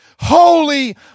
Holy